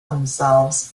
themselves